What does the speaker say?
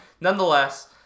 nonetheless